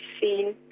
seen